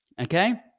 Okay